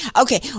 Okay